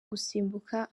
gusimbuka